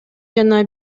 жана